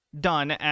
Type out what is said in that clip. done